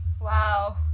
Wow